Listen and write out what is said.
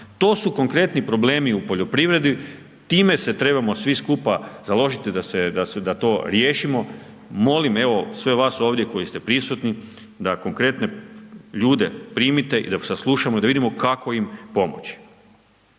To su konkretni problemi u poljoprivredi, time se trebamo svi skupa založiti da to riješimo, molim evo, sve vas ovdje koji ste prisutni da konkretne ljude primite i dok sa saslušamo, da vidimo kako im pomoći.